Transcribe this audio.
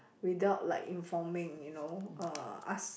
without like informing you know uh ask